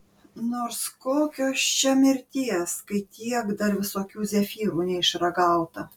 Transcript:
nors kokios čia mirties kai tiek dar visokių zefyrų neišragauta